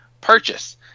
purchase